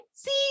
See